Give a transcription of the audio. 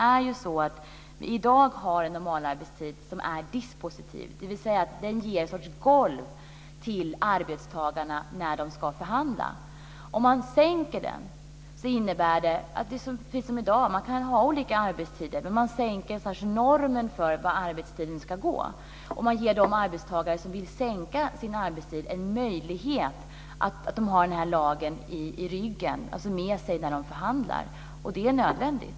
Vi har i dag en normalarbetstid som är dispositiv, dvs. den ger ett slags golv till arbetstagarna när de ska förhandla. Om golvet sänks blir det precis som i dag. Man kan ha olika arbetstider, men man sänker normen för arbetstiden. Man ger de arbetstagare som vill sänka sin arbetstid en möjlighet att ha lagen i ryggen när de förhandlar. Det är nödvändigt.